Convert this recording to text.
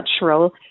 natural